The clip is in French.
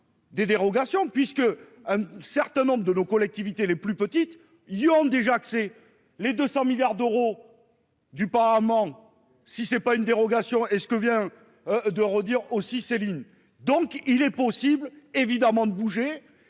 Des dérogations puisque un certain nombre de nos collectivités les plus petites y ont déjà accès les 200 milliards d'euros. Du Parlement. Si c'est pas une dérogation et ce que vient de redire aussi Céline. Donc il est possible évidemment de bouger